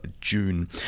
June